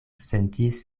sentis